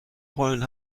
rollen